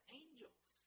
angels